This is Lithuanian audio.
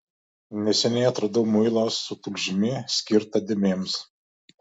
neseniai atradau muilą su tulžimi skirtą dėmėms